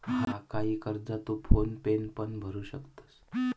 हा, काही कर्जा तू फोन पेन पण भरू शकतंस